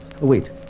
Wait